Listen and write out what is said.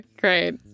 Great